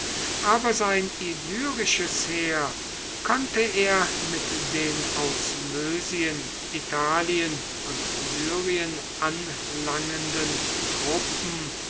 aber sein illyrisches heer konnte er mit den aus mösien italien und syrien anlangenden truppen